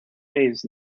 days